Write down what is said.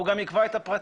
הוא גם יקבע את הפרטים.